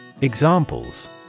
Examples